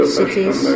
cities